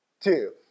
two